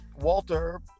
Walter